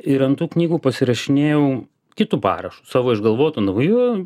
ir ant tų knygų pasirašinėjau kitu parašu savo išgalvotu nauju